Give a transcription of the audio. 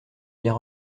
bien